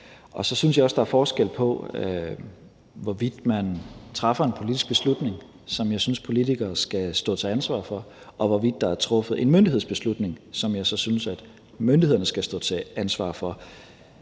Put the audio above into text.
Og så synes jeg også, at der er forskel på, om man træffer en politisk beslutning, som jeg synes politikerne skal stå til ansvar for, og om der er truffet en myndighedsbeslutning, som jeg synes myndighederne skal stå til ansvar for.